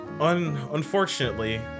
unfortunately